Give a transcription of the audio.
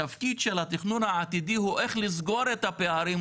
התפקיד של התכנון העתידי הוא איך לסגור את הפערים,